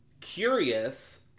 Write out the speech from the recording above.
Curious